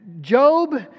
Job